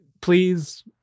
Please